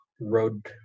Road